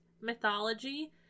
mythology